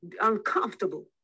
uncomfortable